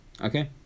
Okay